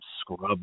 scrub